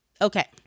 Okay